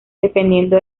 dependiendo